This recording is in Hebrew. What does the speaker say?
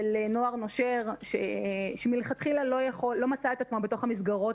של נוער נושר שמלכתחילה לא מצא את עצמו בתוך המסגרות